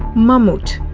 mammoet.